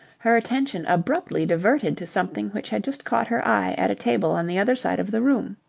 her attention abruptly diverted to something which had just caught her eye at a table on the other side of the room.